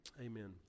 amen